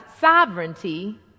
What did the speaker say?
sovereignty